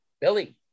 Billy